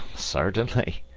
certainly,